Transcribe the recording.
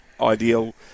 ideal